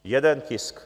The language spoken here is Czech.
Jeden tisk.